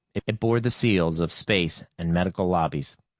it bore the seals of space and medical lobbies.